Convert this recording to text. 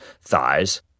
thighs